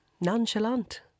nonchalant